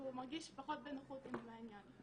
והוא מרגיש פחות בנוחות עם העניין.